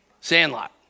Sandlot